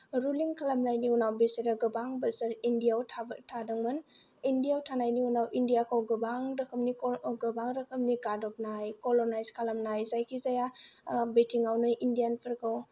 ruling खालामनायनि उनाव बिसोरो गोबां बोसोर इण्डियाआव थाबाय थादोंमोन इण्डियाआव थानायनि उनाव इण्डियाखौ गोबां रोखोमनि गोबां रोखोमनि गादबनाय कल'नायज खालामनाय जायखिजाया बिथिंआवनो इण्डियानफोरखौ